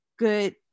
good